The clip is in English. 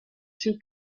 two